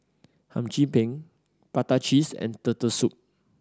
Hum Chim Peng prata cheese and Turtle Soup